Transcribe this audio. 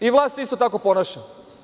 I vlast se isto tako ponaša.